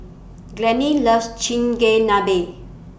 Glennie loves Chigenabe